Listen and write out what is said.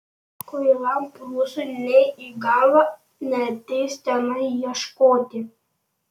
kvailam prūsui nė į galvą neateis tenai ieškoti